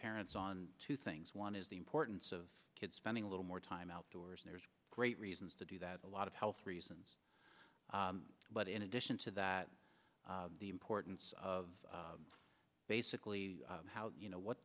parents on two things one is the importance of kids spending a little more time outdoors there's great reasons to do that a lot of health reasons but in addition to that the importance of basically how you know what